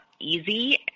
easy